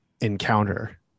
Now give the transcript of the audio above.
encounter